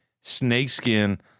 snakeskin